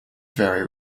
very